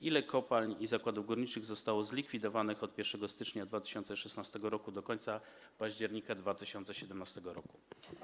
Ile kopalń i zakładów górniczych zostało zlikwidowanych od 1 stycznia 2016 r. do końca października 2017 r.